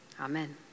Amen